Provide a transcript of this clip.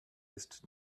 ist